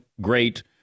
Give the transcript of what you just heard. great